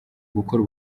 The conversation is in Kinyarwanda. gukora